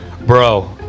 Bro